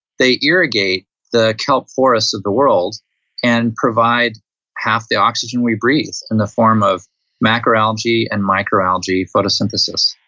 they irrigate the kelp forests of the world and provide half the oxygen we breathe in the form of macroalgae and microalgae photosynthesis.